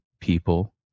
people